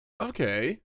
Okay